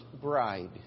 bride